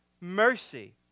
mercy